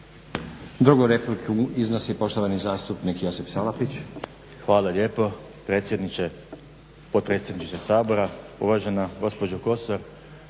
Drugu repliku iznosi poštovani zastupnik Josip Salapić. **Salapić, Josip (HDSSB)** Hvala lijepo predsjedniče, potpredsjedniče Sabora, uvažena gospođo Kosor.